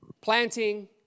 planting